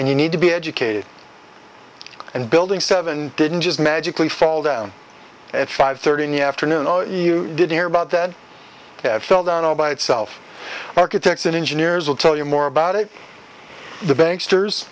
and you need to be educated and building seven didn't just magically fall down at five thirty in the afternoon you didn't hear about that have fell down all by itself architects and engineers will tell you more about it the bank st